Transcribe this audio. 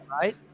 Right